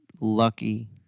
lucky